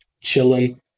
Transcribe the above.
chilling